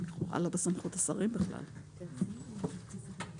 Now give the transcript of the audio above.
לחוק בריאות ממלכתי זה מה